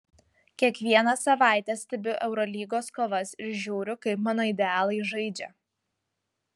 kiekvieną savaitę stebiu eurolygos kovas ir žiūriu kaip mano idealai žaidžia